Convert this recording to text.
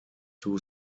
two